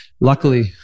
luckily